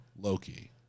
loki